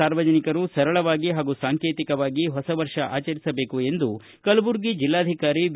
ಸಾರ್ವಜನಿಕರು ಸರಳವಾಗಿ ಹಾಗೂ ಸಾಂಕೇತಿಕವಾಗಿ ಹೊಸ ವರ್ಷ ಆಚರಿಸಬೇಕು ಎಂದು ಕಲಬುರಗಿ ಜಿಲ್ಲಾಧಿಕಾರಿ ವಿ